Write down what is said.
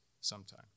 sometime